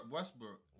Westbrook